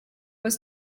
was